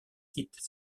quitte